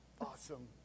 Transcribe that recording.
Awesome